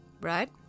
Right